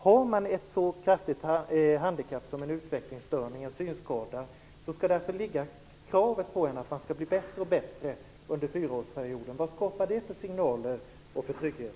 Har man ett sådant kraftigt handikapp som en utvecklingsstörning eller synskada skall man alltså ha ett krav på sig att man skall bli bättre och bättre under fyraårsperioden. Vad skapar det för signaler, och vad skapar det för trygghet?